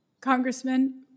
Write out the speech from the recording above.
Congressman